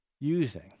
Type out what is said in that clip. using